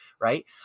right